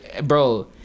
bro